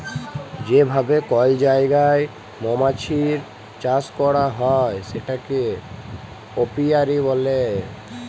যে ভাবে কল জায়গায় মমাছির চাষ ক্যরা হ্যয় সেটাকে অপিয়ারী ব্যলে